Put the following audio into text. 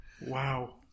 Wow